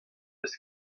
eus